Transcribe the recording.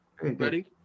Ready